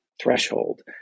threshold